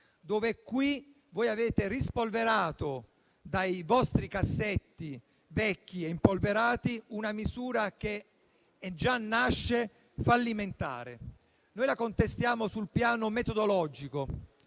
Tremonti. Qui avete rispolverato dai vostri cassetti vecchi e impolverati una misura che già nasce fallimentare. Noi la contestiamo sul piano metodologico,